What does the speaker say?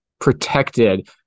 protected